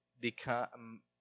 become